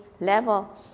level